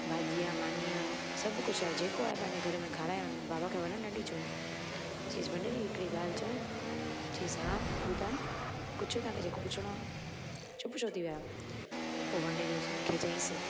भाॼी आहे मानी आहे सभु कुझु आहे जेको आहे पंहिंजे घर में खारायोनि बाबा खे वञण न ॾिजोनि चयईसि भंडेरी हिकिड़ी ॻाल्हि चवई चयईसि हा ॿुधायो नी पुछो जेको तव्हांखे पुछिणो आहे चुप छो थी विया आहियो पोइ भंडेरीअ जी खे चयईसि